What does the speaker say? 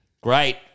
great